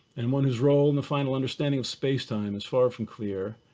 and one is role in the final understanding of space time is far from clear,